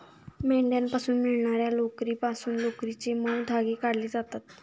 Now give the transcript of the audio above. मेंढ्यांपासून मिळणार्या लोकरीपासून लोकरीचे मऊ धागे काढले जातात